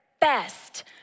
best